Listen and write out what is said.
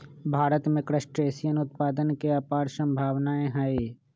भारत में क्रस्टेशियन उत्पादन के अपार सम्भावनाएँ हई